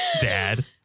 dad